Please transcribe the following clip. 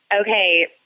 okay